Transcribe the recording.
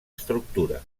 estructura